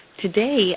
Today